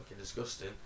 disgusting